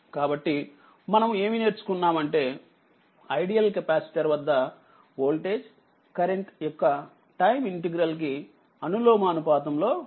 కాబట్టిమనము ఏమి నేర్చుకున్నామంటే ideal capacitor వద్ద వోల్టేజ్ కరెంట్ యొక్క టైం ఇంటెగ్రల్ కి అనులోమానుపాతంలో ఉంటుంది